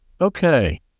Okay